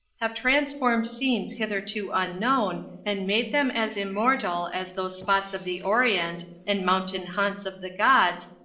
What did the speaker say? have transformed scenes hitherto unknown and made them as immortal as those spots of the orient and mountain haunts of the gods,